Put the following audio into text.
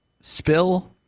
spill